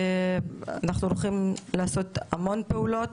אנחנו הולכים לעשות המון פעולות.